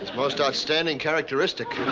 most outstanding characteristic.